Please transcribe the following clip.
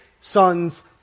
Son's